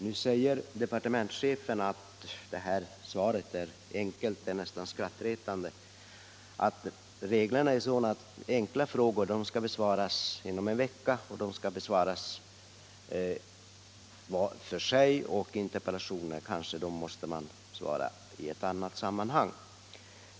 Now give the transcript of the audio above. Nu säger departementschefen att svaret är enkelt, nästan skrattretande — att reglerna är sådana att frågor skall besvaras inom en vecka och att de skall besvaras för sig. Interpellationerna måste man kanske besvara i ett annat sammanhang.